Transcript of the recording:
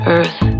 Earth